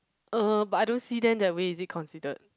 uh but I don't see them that way is it considered